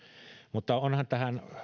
mutta onhan tähän